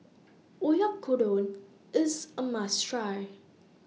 Oyakodon IS A must Try